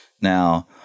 Now